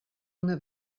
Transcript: una